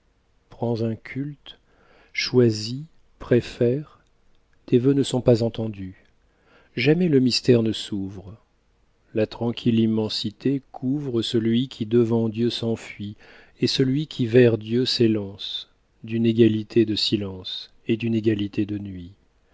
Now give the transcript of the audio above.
prends un culte choisis préfère tes vœux ne sont pas entend us jamais le mystère ne s'ouvre la tranquille immensité couvre celui qui devant dieu s'enfuit et celui qui vers dieu s'élance d'une égalité de silence et d'une égalité de nuit